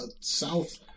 south